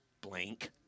Blank